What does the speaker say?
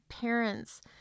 parents